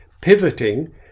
pivoting